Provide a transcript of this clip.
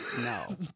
No